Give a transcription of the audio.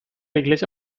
iglesia